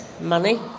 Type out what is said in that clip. Money